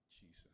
Jesus